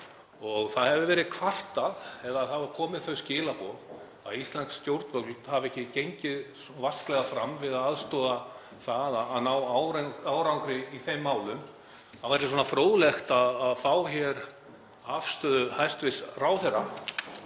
og það hefur verið kvartað eða það hafa komið þau skilaboð að íslensk stjórnvöld hafi ekki gengið vasklega fram við að aðstoða við það að ná árangri í þeim málum. Það væri fróðlegt að fá afstöðu hæstv. ráðherra